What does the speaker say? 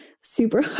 super